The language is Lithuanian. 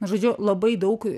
na žodžiu labai daug